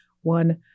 one